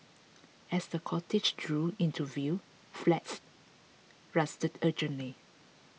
as the cortege drew into view flags rustled urgently